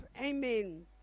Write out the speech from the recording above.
Amen